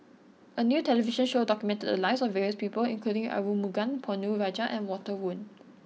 a new television show documented the lives of various people including Arumugam Ponnu Rajah and Walter Woon